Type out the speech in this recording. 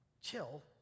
Chill